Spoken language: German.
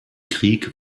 krieg